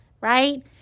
right